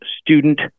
student